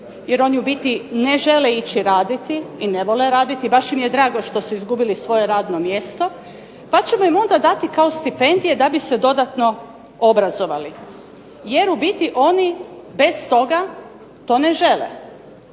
jer oni u biti ne žele ići raditi i ne vole raditi i baš im je drago da su izgubili svoje radno mjesto, pa ćemo im onda dati kao stipendije da bi se dodatno obrazovali jer u biti oni bez toga to ne žele.